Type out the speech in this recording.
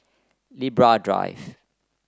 Libra Drive